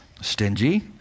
stingy